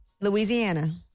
Louisiana